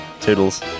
Toodles